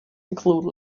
include